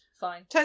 Fine